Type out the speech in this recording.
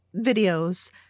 videos